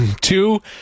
Two